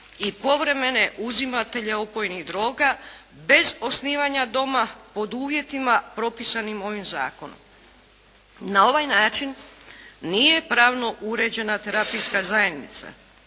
i povremene uzimatelje opojnih droga bez osnivanja doma pod uvjetima propisanim ovim Zakonom. Na ovaj način nije pravno uređena terapijska zajednica,